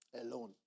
alone